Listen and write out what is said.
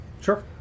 Sure